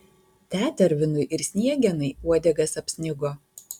tetervinui ir sniegenai uodegas apsnigo